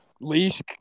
Leash